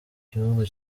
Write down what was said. gihugu